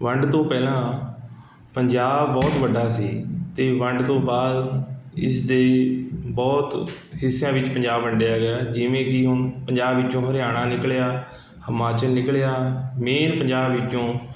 ਵੰਡ ਤੋਂ ਪਹਿਲਾਂ ਪੰਜਾਬ ਬਹੁਤ ਵੱਡਾ ਸੀ ਅਤੇ ਵੰਡ ਤੋਂ ਬਾਅਦ ਇਸਦੇ ਬਹੁਤ ਹਿੱਸਿਆਂ ਵਿੱਚ ਪੰਜਾਬ ਵੰਡਿਆ ਗਿਆ ਜਿਵੇਂ ਕਿ ਹੁਣ ਪੰਜਾਬ ਵਿੱਚੋਂ ਹਰਿਆਣਾ ਨਿਕਲਿਆ ਹਿਮਾਚਲ ਨਿਕਲਿਆ ਮੇਨ ਪੰਜਾਬ ਵਿੱਚੋਂ